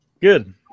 good